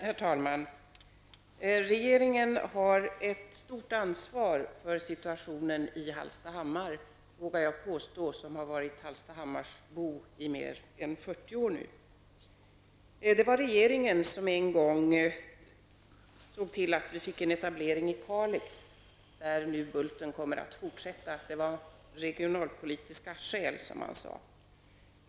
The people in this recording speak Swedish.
Herr talman! Regeringen har ett stort ansvar för situationen i Hallstahammar. Detta vågar jag påstå efter att nu ha varit hallstahammarsbo i mer än 40 år. Det var regeringen som en gång såg till att vi fick en etablering i Kalix, där nu Bulten kommer att fortsätta sin verksamhet. Det var, som man sade, regionalpolitiska skäl som låg bakom.